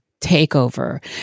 takeover